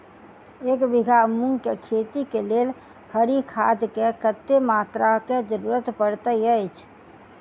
एक बीघा मूंग केँ खेती केँ लेल हरी खाद केँ कत्ते मात्रा केँ जरूरत पड़तै अछि?